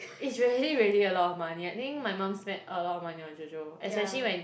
it's really really a lot of money I think my mum spent a lot of money on JoJo especially when